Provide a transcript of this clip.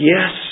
Yes